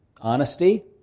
honesty